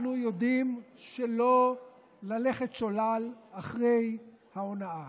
אנחנו יודעים לא ללכת שולל אחרי ההונאה.